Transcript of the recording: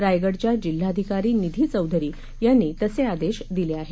रायगडच्या जिल्हाधिकारी निधी चौधरी यांनी तसे आदेश दिले आहेत